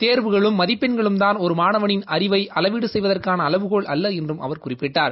தேர்வுகளும் மதிப்பெண்களும்தான் ஒரு மாணவளின் அறிவை அளவீடு செப்வதற்கான அளவுகோல் அல்ல என்றும் அவர் குறிப்பிட்டார்